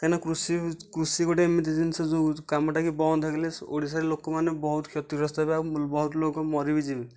କାହିଁକି ନା କୃଷି କୃଷି ଗୋଟିଏ ଏମିତି ଜିନିଷ ଯେଉଁ କାମଟା କି ବନ୍ଦ ହୋଇଗଲେ ଓଡ଼ିଶାରେ ଲୋକମାନେ ବହୁତ କ୍ଷତିଗ୍ରସ୍ତ ହେବେ ଆଉ ବହୁତ ଲୋକ ମରି ବି ଯିବେ